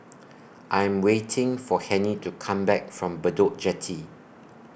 I Am waiting For Hennie to Come Back from Bedok Jetty